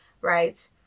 right